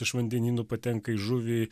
iš vandenynų patenka į žuvį